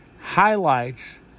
highlights